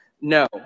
no